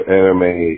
anime